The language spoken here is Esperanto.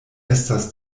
estas